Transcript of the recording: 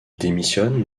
démissionne